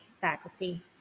faculty